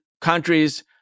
countries